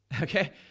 Okay